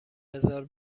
بزار